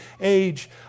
age